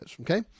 Okay